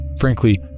Frankly